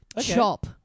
Chop